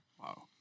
Wow